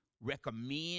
recommend